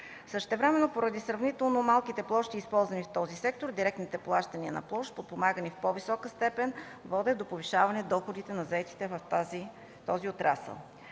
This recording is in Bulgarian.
Същевременно поради сравнително малките площи, използвани в този сектор, директните плащания на площ подпомагат в по-висока степен, водят до повишаване на доходите на заетите в този отрасъл.